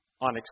on